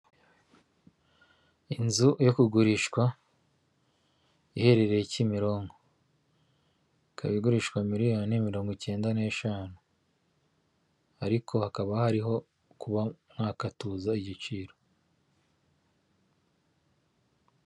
Inzu iri kugurishwa iherereye kimironko, ikaba igurishwa miliyoni mirongo icyenda n'eshanu. Ariko hakaba hariho kuba mwakatuza igiciro.